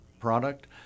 product